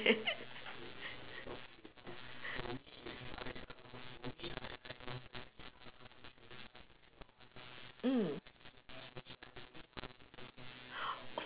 mm